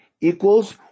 equals